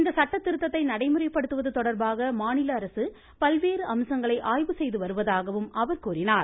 இந்த சட்டதிருத்தத்தை நடைமுறைப்படுத்துவது தொடர்பாக மாநில அரசு பல்வேறு அம்சங்களை ஆய்வு செய்து வருவதாகவும அவர் கூறினார்